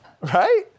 right